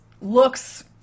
looks